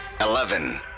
eleven